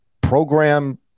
program